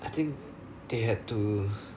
I think they had to